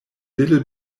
little